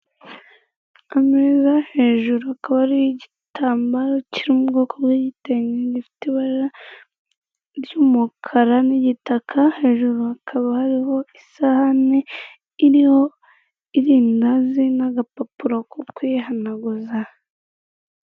Ameza hejuru hakaba hariho igitambaro kiri mu bwoko bw'igitenge gifite ibara ry'umukara n'igitaka hejuru hakaba hariho isahani iriho irindazi n'agapapuro ko kuyihanaguza.